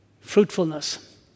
fruitfulness